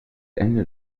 ende